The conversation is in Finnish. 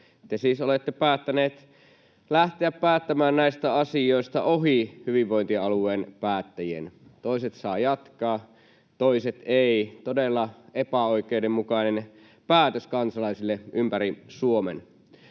Te siis olette päättäneet lähteä päättämään näistä asioista ohi hyvinvointialueen päättäjien. Toiset saavat jatkaa, toiset eivät — todella epäoikeudenmukainen päätös kansalaisille ympäri Suomen.